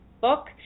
book